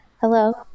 hello